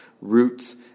roots